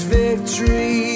victory